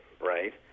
right